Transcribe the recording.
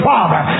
Father